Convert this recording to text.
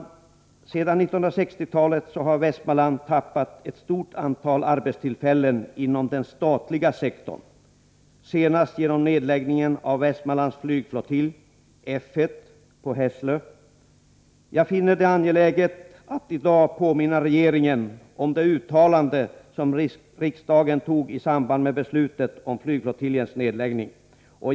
Sedan 1960-talet har Västmanland tappat ett stort antal arbetstillfällen inom den statliga sektorn — senast genom nedläggningen av Västmanlands flygflottilj, F 1, på Hässlö. Jag finner det angeläget att i dag påminna regeringen om det uttalande som riksdagen gjorde i samband med beslutet om flygflottiljens nedläggning.